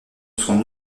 son